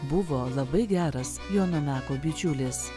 buvo labai geras jono meko bičiulis